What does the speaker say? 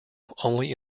only